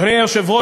אדוני היושב-ראש,